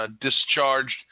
Discharged